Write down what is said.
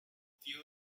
fill